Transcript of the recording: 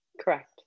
Correct